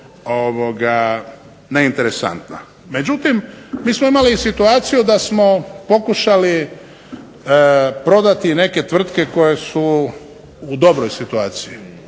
neinteresantna. Međutim, mi smo imali i situaciju da smo pokušali prodati i neke tvrtke koje su u dobroj situaciji.